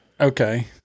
Okay